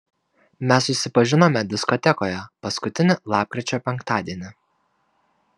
mes susipažinome diskotekoje paskutinį lapkričio penktadienį